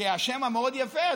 השם המאוד יפה,